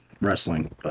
wrestling